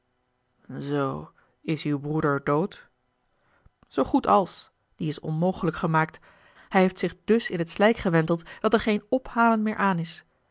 zoo is uw broeder dood zoo goed als die is onmogelijk gemaakt hij heeft zich dus in het slijk gewenteld dat er geen ophalen meer aan is